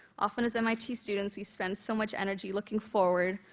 often as mit students we spend so much energy looking forward,